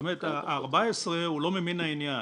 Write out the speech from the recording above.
14 הוא לא ממין העניין,